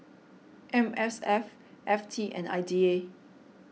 M S F F T and I D A